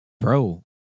Bro